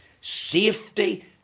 Safety